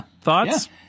Thoughts